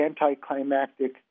anticlimactic